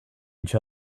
each